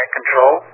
Control